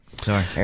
sorry